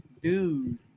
dude